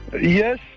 Yes